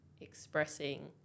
expressing